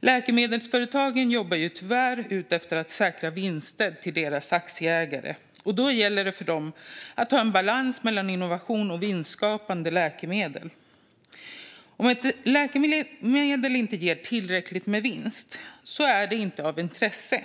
Läkemedelsföretagen jobbar tyvärr utifrån att säkra vinster till sina aktieägare, och då gäller det för dem att ha en balans mellan innovation och vinstskapande läkemedel. Om ett läkemedel inte ger tillräckligt med vinst är det inte av intresse.